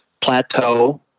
plateau